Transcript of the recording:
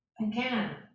again